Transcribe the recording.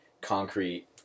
concrete